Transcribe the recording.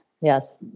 Yes